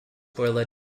boiler